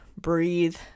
breathe